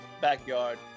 backyard